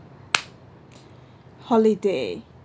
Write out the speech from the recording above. holiday